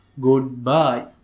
goodbye